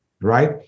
right